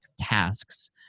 tasks